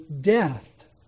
death